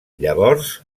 llavors